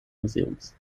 museums